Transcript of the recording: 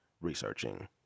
researching